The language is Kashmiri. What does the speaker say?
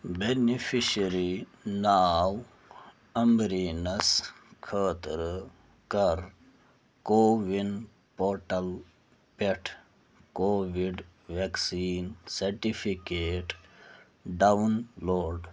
بیٚنفشری ناو امبریٖنس خٲطرٕ کَر کووِن پورٹل پٮ۪ٹھ Covid vaccine certificate down load